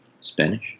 Spanish